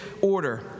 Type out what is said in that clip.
order